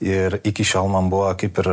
ir iki šiol man buvo kaip ir